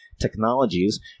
technologies